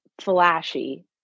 flashy